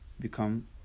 Become